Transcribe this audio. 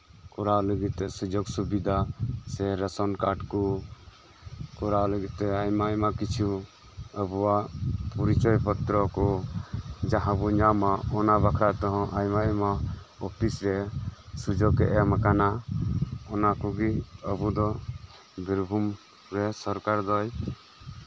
ᱠᱚᱨᱟᱣ ᱞᱟᱹᱜᱤᱫᱛᱮ ᱥᱩᱡᱳᱜ ᱥᱩᱵᱤᱫᱷᱟ ᱥᱮ ᱨᱮᱥᱚᱱ ᱠᱟᱨᱰ ᱠᱚ ᱠᱚᱨᱟᱣ ᱞᱟᱹᱜᱤᱫᱛᱮ ᱟᱭᱢᱟ ᱟᱭᱢᱟ ᱠᱤᱪᱷᱩ ᱟᱵᱚᱣᱟᱜ ᱯᱚᱨᱤᱪᱚᱭ ᱯᱚᱛᱨᱚ ᱠᱚ ᱡᱟᱸᱦᱟ ᱵᱚᱱ ᱧᱟᱢ ᱟ ᱚᱱᱟ ᱵᱟᱠᱷᱨᱟ ᱛᱮᱦᱚᱸ ᱟᱭᱢᱟ ᱟᱭᱢᱟ ᱚᱯᱷᱤᱥᱨᱮ ᱥᱩᱡᱳᱜ ᱮ ᱮᱢ ᱟᱠᱟᱱᱟ ᱚᱱᱟ ᱠᱚᱜᱮ ᱟᱵᱚ ᱫᱚ ᱵᱤᱨᱵᱷᱩᱢ ᱨᱮ ᱥᱚᱨᱠᱟᱨ ᱫᱚᱭ